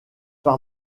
par